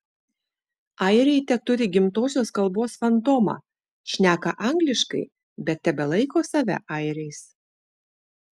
airiai teturi gimtosios kalbos fantomą šneka angliškai bet tebelaiko save airiais